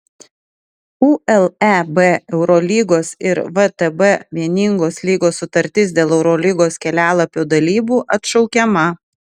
uleb eurolygos ir vtb vieningos lygos sutartis dėl eurolygos kelialapio dalybų atšaukiama